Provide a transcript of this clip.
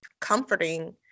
comforting